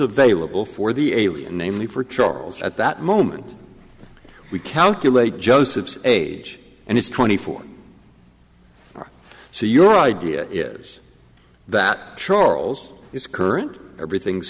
available for the alien namely for charles at that moment we calculate josephs age and it's twenty four so your idea is that charles is current everything's